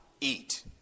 eat